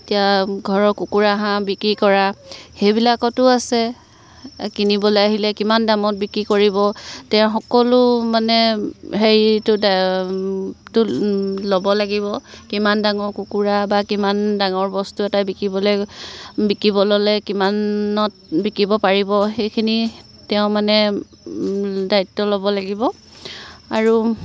এতিয়া ঘৰৰ কুকুৰা হাঁহ বিক্ৰী কৰা সেইবিলাকতো আছে কিনিবলৈ আহিলে কিমান দামত বিক্ৰী কৰিব তেওঁৰ সকলো মানে হেৰিটো ল'ব লাগিব কিমান ডাঙৰ কুকুৰা বা কিমান ডাঙৰ বস্তু এটা বিকিবলৈ বিকিব ল'লে কিমানত বিকিব পাৰিব সেইখিনি তেওঁ মানে দায়িত্ব ল'ব লাগিব আৰু